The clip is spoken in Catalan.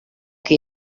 que